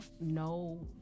no